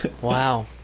Wow